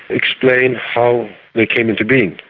explain how they came into being.